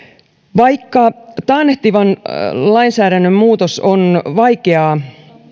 vaikka taannehtivan lainsäädännön muutos on vaikeaa